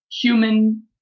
human